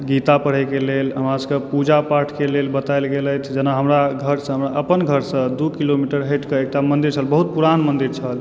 गीता पढ़ै के लेल हमरा सभके पूजा पाठके लेल बतायल गेल अछि जेना हमरा घर सभमे अपन घरसँ दू किलोमीटर हटि कऽ एकटा मन्दिर छल बहुत पुरान मन्दिर छल